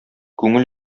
күңел